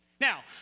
Now